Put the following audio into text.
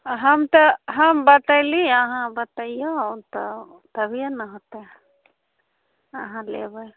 आओर हम तऽ हम बतैली अहाँ बतैइऔ तऽ तभिए ने हेतै अहाँ लेबै